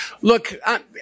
Look